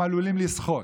הן עלולות לסחוט.